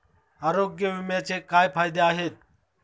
आरोग्य विम्याचे काय फायदे आहेत?